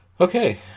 okay